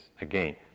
Again